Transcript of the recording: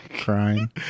Crying